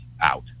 out